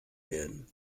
werden